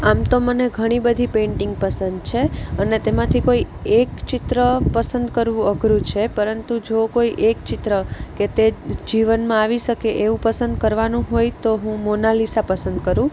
આમ તો મને ઘણી બધી પેઈન્ટિંગ પસંદ છે અને તેમાંથી કોઈ એક ચિત્ર પસંદ કરવું અઘરું છે પરંતુ જો કોઈ એક ચિત્ર કે તે જીવનમાં આવી શકે એવું પસંદ કરવાનું હોય તો હું મોનાલીસા પસંદ કરું